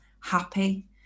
happy